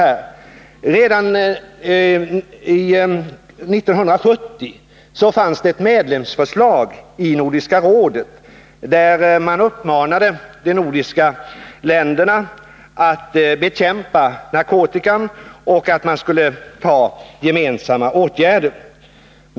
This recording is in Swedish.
4 december 1981 Redan 1970 fanns det ett medlemsförslag i Nordiska rådet, där man uppmanade de nordiska länderna att bekämpa narkotikan och där man Om åtgärder mot föreslog gemensamma åtgärder.